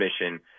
mission